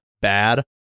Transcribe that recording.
bad